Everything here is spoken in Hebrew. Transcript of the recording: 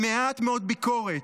עם מעט מאוד ביקורת.